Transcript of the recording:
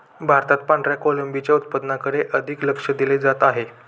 भारतात पांढऱ्या कोळंबीच्या उत्पादनाकडे अधिक लक्ष दिले जात आहे